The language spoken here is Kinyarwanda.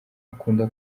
akunda